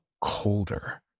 colder